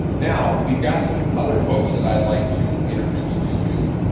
now, we've got some other folks that i'll like to introduce to you.